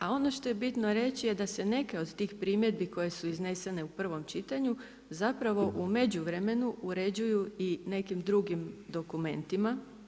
A ono što je bitno reći da se neke od tih primjedbi koje su iznesene u prvom čitanju zapravo u međuvremenu uređuju i nekim drugim dokumentima.